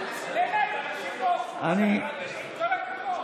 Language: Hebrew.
באמת, אנשים פה, עם כל הכבוד.